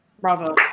bravo